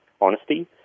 honesty